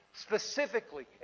Specifically